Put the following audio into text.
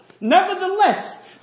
Nevertheless